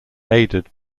aided